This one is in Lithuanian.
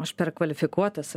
aš per kvalifikuotas